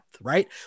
right